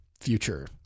future